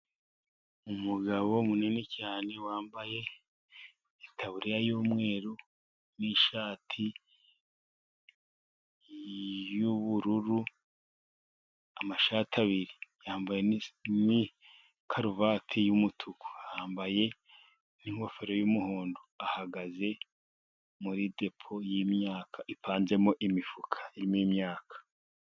Umugabo munini cyane wambaye itaburiya y'umweru n'ishati y'ubururu. Yambaye na karuvati y'umutuku, ingofero y'umuhondo . Ahagaze muri depo y'imyaka ipanzemo imifuka irimo imyaka .